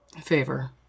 favor